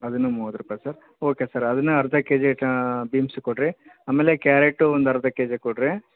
ಅದು ಮೂವತ್ತು ರೂಪಾಯಿ ಸರ್ ಓಕೆ ಸರ್ ಅದನ್ನ ಅರ್ಧ ಕೆ ಜಿ ಕಾ ಬೀಮ್ಸು ಕೊಡಿರಿ ಆಮೇಲೆ ಕ್ಯಾರೇಟು ಒಂದು ಅರ್ಧ ಕೆ ಜಿ ಕೊಡಿರಿ